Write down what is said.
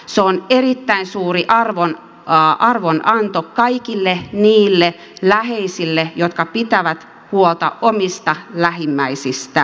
se on erittäin suuri arvonanto kaikille niille läheisille jotka pitävät huolta omista lähimmäisistään